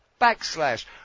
backslash